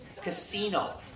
Casino